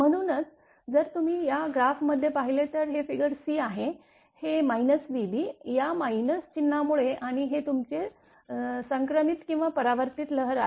म्हणूनच जर तुम्ही या ग्राफमध्ये पाहिले तर हे फिगर c आहे हे vb या मायनस चिन्हामुळे आणि हे तुमचा संक्रमित किंवा परावर्तित लहर आहे